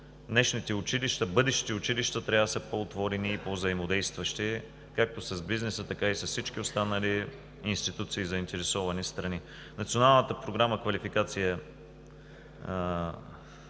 Днешните училища, бъдещите училища трябва да са по-отворени и по-взаимодействащи както с бизнеса, така и с всички останали институции и заинтересовани страни. Националната програма „Квалификация“